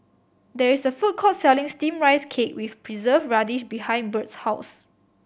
there is a food court selling Steamed Rice Cake with preserve radish behind Bird's house